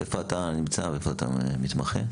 איפה אתה מתמחה?